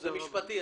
זה משפטי.